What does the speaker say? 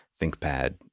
ThinkPad